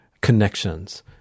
connections